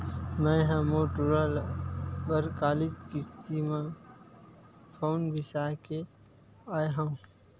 मैय ह मोर टूरा बर कालीच किस्ती म फउन बिसाय के आय हँव